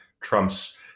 trump's